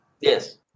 Yes